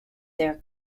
their